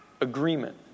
agreement